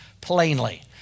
plainly